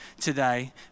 today